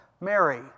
Mary